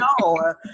no